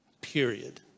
Period